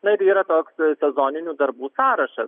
na ir yra toks sezoninių darbų sąrašas